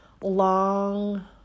long